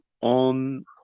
on